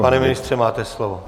Pane ministře, máte slovo.